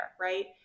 right